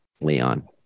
Leon